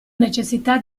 necessità